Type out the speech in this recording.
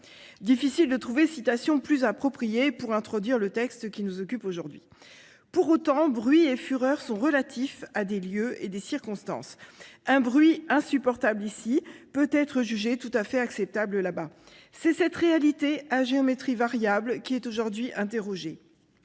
Difficile de trouver citation plus appropriée pour introduire le texte qui nous occupe aujourd'hui. Pour autant, bruit et fureur sont relatifs à des lieux et des circonstances. Un bruit insupportable ici peut être jugé tout à fait acceptable là-bas. C'est cette réalité à géométrie variable qui est aujourd'hui interrogée.